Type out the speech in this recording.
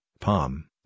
palm